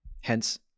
Hence